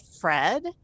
Fred